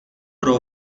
pro